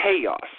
chaos